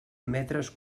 metres